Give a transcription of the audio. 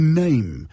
name